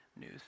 news